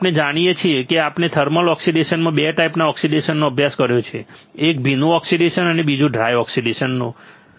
હવે આપણે જાણીએ છીએ કે આપણે થર્મલ ઓક્સિડેશનમાં 2 ટાઈપના ઓક્સિડેશ અભ્યાસ કર્યો છે એક ભીનું ઓક્સિડેશન અને બીજું ડ્રાય ઓક્સિડેશનનનો છે